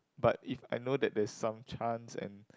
but if I know that there's some chance and